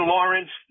Lawrence